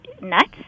nuts